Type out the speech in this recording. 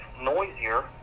noisier